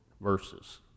verses